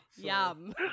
Yum